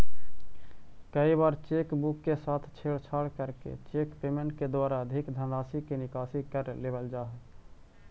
कई बार cheque book के साथ छेड़छाड़ करके चेक पेमेंट के द्वारा अधिक धनराशि के निकासी कर लेवल जा हइ